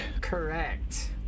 Correct